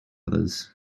others